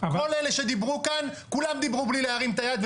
כל אלה שדיברו כאן, כולם דיברו בלי להרים את היד.